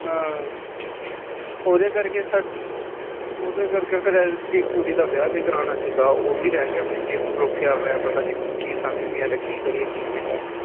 ਹਾਂ ਉਹਦੇ ਕਰਕੇ ਸਾਡ ਉਹਦੇ ਕਰਕੇ ਫਿਰ ਐਤਕੀ ਕੁੜੀ ਦਾ ਵੀ ਕਰਵਾਉਣਾ ਸੀਗਾ ਉਹ ਵੀ ਰਹਿ ਗਿਆ ਵਿੱਚੇ ਹੁਣ ਰੋਕਿਆ ਹੋਇਆ ਪਤਾ ਨਹੀਂ ਹੁਣ ਕੀ ਸਮਝ ਨਹੀਂ ਆ ਰਿਹਾ ਕੀ ਕਰੀਏ ਕੀ ਨਹੀਂ